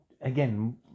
again